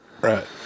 Right